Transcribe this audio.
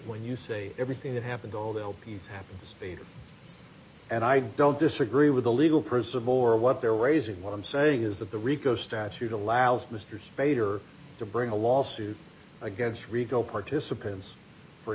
when you say everything that happened all the o p s happens and i don't disagree with the legal person more what they're raising what i'm saying is that the rico statute allows mr spader to bring a lawsuit against rico participants for